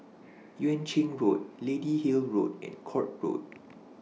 Yuan Ching Road Lady Hill Road and Court Road